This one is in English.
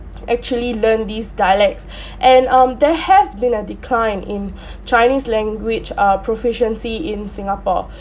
actually learn these dialects and um there has been a decline in chinese language err proficiency in singapore